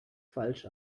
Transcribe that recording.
falsch